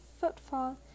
footfall